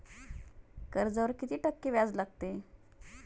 कर्जावर किती टक्के व्याज लागते?